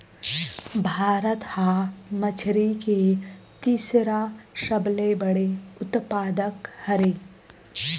भारत हा मछरी के तीसरा सबले बड़े उत्पादक हरे